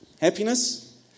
Happiness